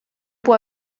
può